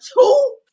two